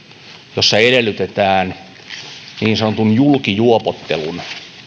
jossa edellytetään niin sanotun julkijuopottelun